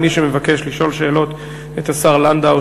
מי שמבקש לשאול שאלות את השר לנדאו,